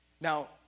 Now